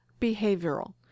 behavioral